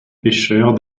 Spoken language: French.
pêcheurs